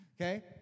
Okay